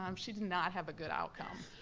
um she did not have a good outcome.